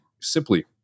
simply